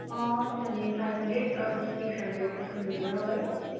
अँ त्यसो भने five hundred or six hundred उठाउनु पर्छ होला हौ है